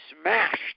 smashed